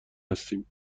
هستیم